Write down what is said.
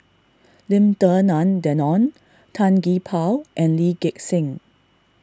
Lim Denan Denon Tan Gee Paw and Lee Gek Seng